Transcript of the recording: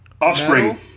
Offspring